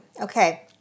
okay